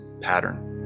pattern